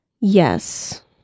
Yes